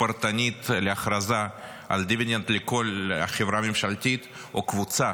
פרטנית להכרזה על דיבידנד לכל חברה ממשלתית או קבוצה